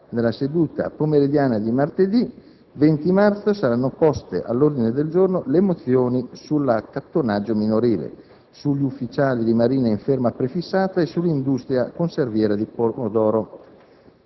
Nella seduta pomeridiana di martedì 20 marzo saranno poste all'ordine del giorno le mozioni sull'accattonaggio minorile, sugli ufficiali di Marina in ferma prefissata e sull'industria conserviera del pomodoro.